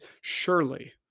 Surely